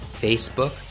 Facebook